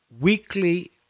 weekly